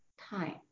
time